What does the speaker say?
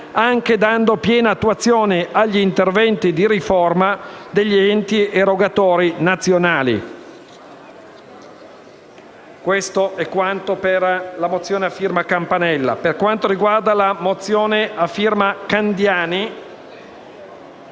anche dando piena attuazione agli interventi di riforma degli enti erogatori nazionali».